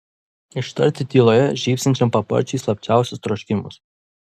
ištarti tyloje žybsinčiam paparčiui slapčiausius troškimus